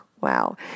wow